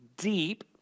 deep